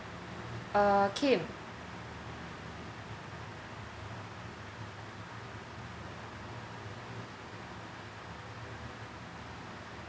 uh kim